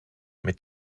mit